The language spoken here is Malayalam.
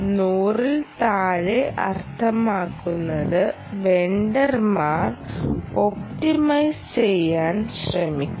100 ൽ താഴെ അർത്ഥമാക്കുന്നത് വെണ്ടർമാർ ഒപ്റ്റിമൈസ് ചെയ്യാൻ ശ്രമിക്കും